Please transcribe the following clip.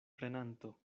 prenanto